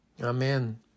Amen